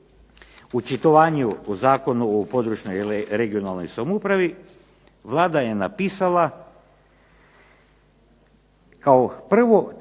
U očitovanju o Zakonu o područnoj i regionalnoj samoupravi Vlada je napisala kao prvo